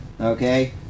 Okay